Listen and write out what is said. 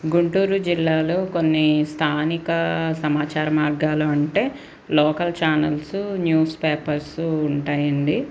గుంటూరు జిల్లాలో కొన్ని స్థానిక సమాచార మార్గాలు అంటే లోకల్ ఛానల్స్ న్యూస్పేపర్స్ ఉంటాయండి